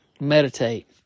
meditate